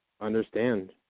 understand